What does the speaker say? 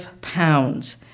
pounds